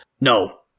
No